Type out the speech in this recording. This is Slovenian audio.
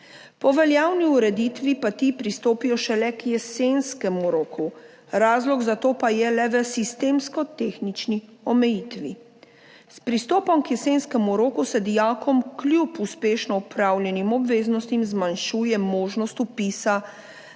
Po veljavni ureditvi pa ti pristopijo šele k jesenskemu roku, razlog za to pa je le v sistemsko-tehnični omejitvi. S pristopom k jesenskemu roku se dijakom kljub uspešno opravljenim obveznostim zmanjšuje možnost vpisa na